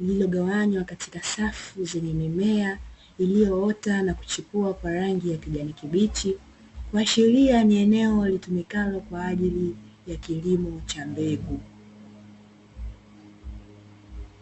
lililogawanywa katika safu zenye mimea iliyoota na kuchipua kwa rangi ya kijani kibichi, kuashiria ni eneo litumikalo kwa ajili ya kilimo cha mbegu.